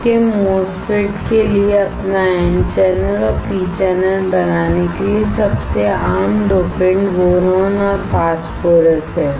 आपके MOSFET के लिए अपना N चैनल और P चैनल बनाने के लिए सबसे आम डोपेंट बोरोनऔर फास्फोरस हैं